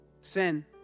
sin